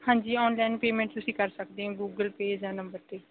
ਹਾਂਜੀ online payment ਤੁਸੀਂ ਕਰ ਸਕਦੇ ਹੋ ਗੂਗਲ ਪੇਅ ਜਾਂ ਨੰਬਰ 'ਤੇ